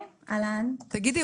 תגידי,